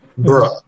bruh